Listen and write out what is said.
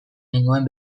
nengoen